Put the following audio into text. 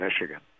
Michigan